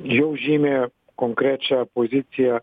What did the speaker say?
jau žymi konkrečią poziciją